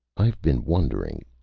i've been wondering,